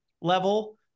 level